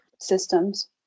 systems